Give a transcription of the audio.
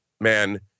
man